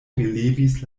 relevis